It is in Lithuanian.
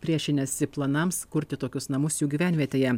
priešinęsi planams kurti tokius namus jų gyvenvietėje